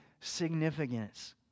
significance